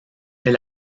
fait